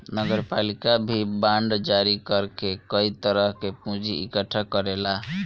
नगरपालिका भी बांड जारी कर के कई तरह से पूंजी इकट्ठा करेला